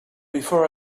before